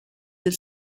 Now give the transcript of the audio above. del